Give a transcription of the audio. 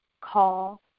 call